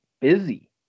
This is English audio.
busy